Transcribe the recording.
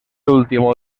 último